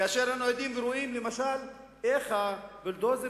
כאשר אנחנו עדים ורואים למשל איך הבולדוזרים